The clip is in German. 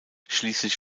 schließlich